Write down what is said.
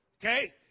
Okay